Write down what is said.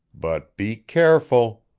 but be careful.